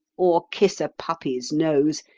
or kiss a puppy's nose,